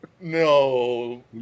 No